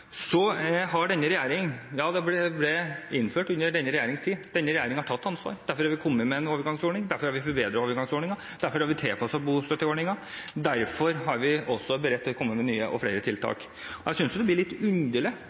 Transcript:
Ja, det ble innført under denne regjeringen, og denne regjeringen har tatt ansvar. Derfor har vi kommet med en overgangsordning, derfor har vi forbedret overgangsordningen, derfor har vi tilpasset bostøtteordningen, derfor er vi også beredt til å komme med nye tiltak. Jeg synes det blir litt underlig